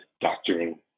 doctoring